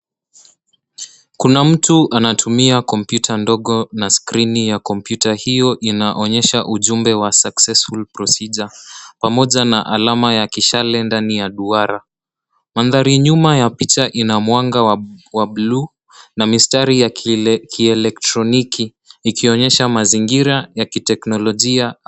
Kuna mtu anatumia kompyuta ndogo na skrini ya kompyuta hiyo inaonyesha ujumbe wa successful procedure pamoja na alama ya kishale ndani ya duara. Mandhari nyuma ya picha inamwanga wa bluu na mistari ya kielektroniki ikionyesha mazingira ya kiteknolojia.